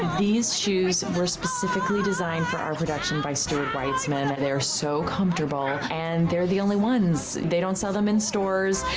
these shoes were specifically designed for our production by stuart weitzman. they're so comfortable and they're the only ones. they don't sell them in stores.